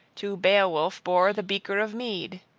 to beowulf bore the beaker of mead.